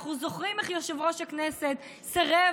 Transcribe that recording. אנחנו זוכרים איך יושב-ראש הכנסת סירב